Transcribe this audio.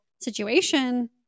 situation